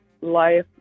life